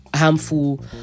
harmful